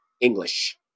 English